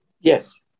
Yes